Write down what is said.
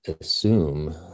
assume